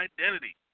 Identity